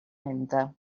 menta